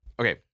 okay